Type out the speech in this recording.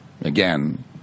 again